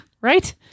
Right